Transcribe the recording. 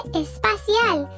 espacial